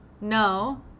no